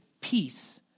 peace